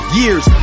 years